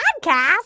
podcast